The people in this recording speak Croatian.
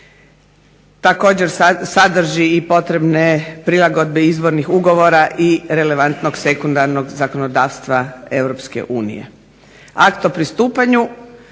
također sadrži i potrebne prilagodbe izvornih ugovora i relevantnog sekundarnog zakonodavstva EU. Aktu o pristupanju